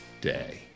day